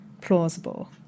plausible